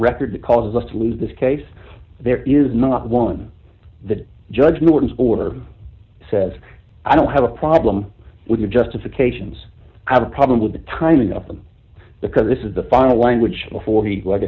record that causes us to lose this case there is not one that judge norton's order says i don't have a problem with justifications i have a problem with the timing of them because this is the final language before he l